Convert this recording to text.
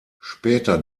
später